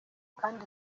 kandi